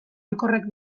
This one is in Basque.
hilkorrak